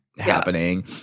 Happening